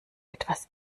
etwas